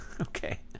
okay